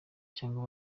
cyangwa